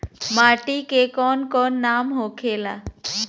माटी के कौन कौन नाम होखे ला?